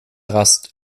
rast